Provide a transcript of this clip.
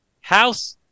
House